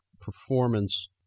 performance